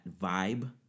vibe